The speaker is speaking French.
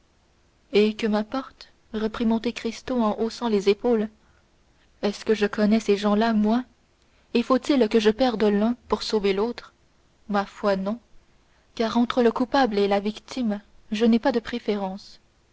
eh que m'importe reprit monte cristo en haussant les épaules est-ce que je connais ces gens-là moi et faut-il que je perde l'un pour sauver l'autre ma foi non car entre le coupable et la victime je n'ai pas de préférence